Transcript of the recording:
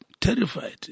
terrified